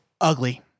ugly